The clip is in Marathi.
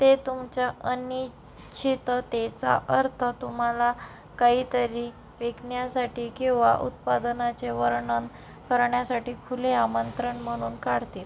ते तुमच्या अनिश्चिततेचा अर्थ तुम्हाला काहीतरी विकण्यासाठी किंवा उत्पादनाचे वर्णन करण्यासाठी खुले आमंत्रण म्हणून काढतील